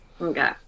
Okay